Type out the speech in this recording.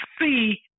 see